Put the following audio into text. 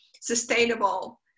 sustainable